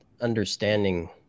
understanding